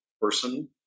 person